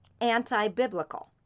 anti-biblical